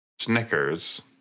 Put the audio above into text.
Snickers